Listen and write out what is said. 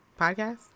podcast